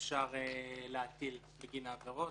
שאפשר להטיל בגין העבירות.